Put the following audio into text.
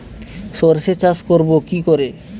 সর্ষে চাষ করব কি করে?